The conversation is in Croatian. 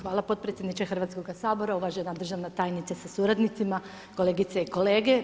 Hvala potpredsjedniče Hrvatskoga sabora, uvažena državna tajnice sa suradnicima, kolegice i kolege.